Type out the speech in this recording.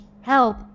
Help